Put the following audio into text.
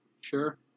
Sure